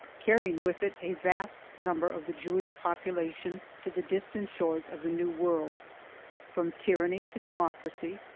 carrying with it a vast number of the jewish population to the distant shores of the new world from tyranny to democracy,